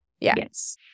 Yes